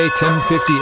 1050